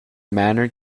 manner